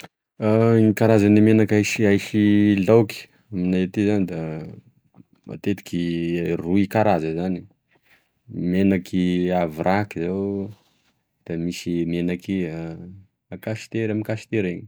Karazagne menaka esia ahisy laoky aminay ety zany da matetiky roy karaza zany menaky a vraky eo da misy menaky kasite ra amy kasite reny